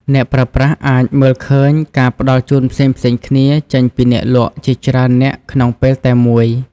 អ្នកប្រើប្រាស់អាចមើលឃើញការផ្តល់ជូនផ្សេងៗគ្នាចេញពីអ្នកលក់ជាច្រើននាក់ក្នុងពេលតែមួយ។